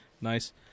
nice